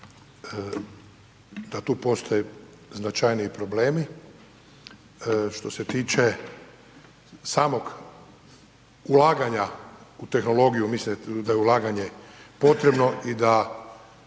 da tu postoje značajniji problemi, što se tiče samog ulaganja u tehnologiju, mislim da je ulaganje potrebno i da